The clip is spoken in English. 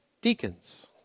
deacons